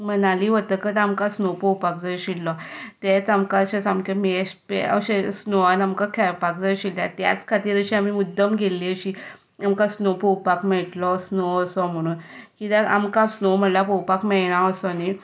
मनाली वतकच आमकां स्नो पळोवपाक जाय आशिल्लो तेंच आमकां अशें बेस्ट हें अशें स्नोवान आमकां खेळपाक जाय आशिल्ले त्याच खातीर जशें आमी मुद्दम गेल्लीं अशीं आमकां स्नो पळोवपाक मेळटलो स्नो असो म्हणून कित्याक आमकां स्नो असो पळोवपाक मेळना असो न्हय